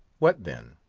what then?